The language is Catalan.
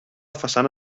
façana